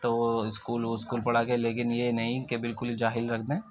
تو اسکول وسکول پڑھا کے لیکن یہ نہیں کہ بالکل ہی جاہل رکھ دیں